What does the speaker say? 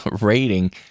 rating